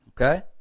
Okay